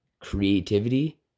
creativity